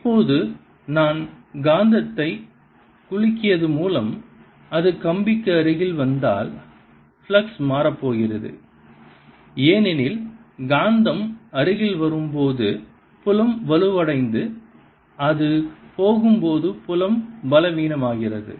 இப்போது நான் காந்தத்தை குலுக்கியது மூலம் அது கம்பிக்கு அருகில் வந்தால் ஃப்ளக்ஸ் மாறப்போகிறது ஏனெனில் காந்தம் அருகில் வரும்போது புலம் வலுவடைந்து அது போகும்போது புலம் பலவீனமாகிறது